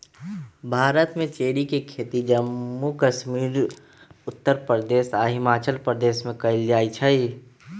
भारत में चेरी के खेती जम्मू कश्मीर उत्तर प्रदेश आ हिमाचल प्रदेश में कएल जाई छई